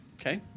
Okay